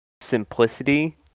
simplicity